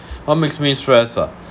what makes me stress ah